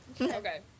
Okay